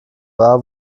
war